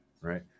right